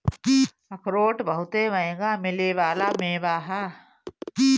अखरोट बहुते मंहगा मिले वाला मेवा ह